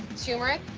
tum rick,